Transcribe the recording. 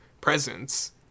presence